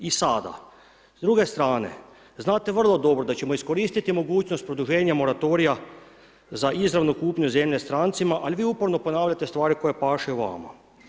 I sada, s druge strane, znate vrlo dobro da ćemo iskoristiti mogućnost produženja moratorija za izravnu kupnju zemlje strancima ali vi uporno ponavljate stvari koje pašu vama.